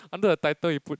under the title he put